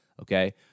Okay